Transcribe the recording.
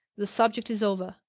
the subject is over.